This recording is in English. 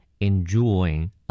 enjoying